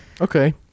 Okay